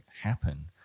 happen